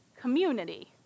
community